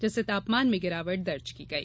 जिससे तापमान में गिरावट दर्ज की गई